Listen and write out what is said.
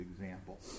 example